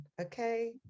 Okay